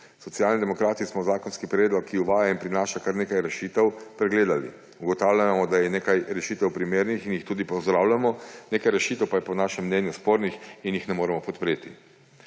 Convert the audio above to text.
Socialni demokrati smo zakonski predlog, ki uvaja in prinaša kar nekaj rešitev, pregledali. Ugotavljamo, da je nekaj rešitev primernih in jih tudi pozdravljamo, nekaj rešitev pa je po našem mnenju spornih in jih ne moremo podpreti.